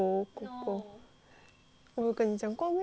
我跟你讲过 meh